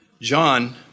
John